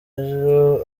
ejo